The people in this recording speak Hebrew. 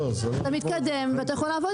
אתה מתקדם ואתה יכול לעבוד.